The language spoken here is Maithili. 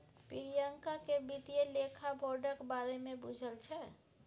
प्रियंका केँ बित्तीय लेखा बोर्डक बारे मे बुझल छै